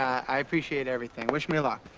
i appreciate everything. wish me luck.